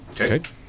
okay